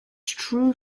true